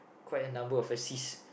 quite a number of assists